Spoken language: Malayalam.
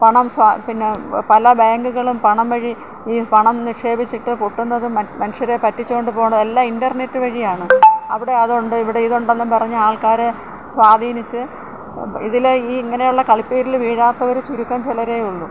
പണം പിന്നെ പല ബാങ്കുകളും പണം വഴി ഈ പണം നിക്ഷേപിച്ചിട്ട് പൊട്ടുന്നതും മനുഷ്യരെ പറ്റിച്ചുകൊണ്ട് പോകുന്നത് എല്ലാം ഇൻറ്റർനെറ്റ് വഴിയാണ് അവിടെ അതുണ്ട് ഇവിടെ ഇതുണ്ടെന്നും പറഞ്ഞ് ആൾക്കാരെ സ്വാധിനിച്ച് ഇതിലെ ഈ ഇങ്ങനെയുള്ള കളിപ്പീരിൽ വീഴാത്തവർ ചുരുക്കം ചിലരേ ഉള്ളൂ